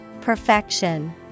Perfection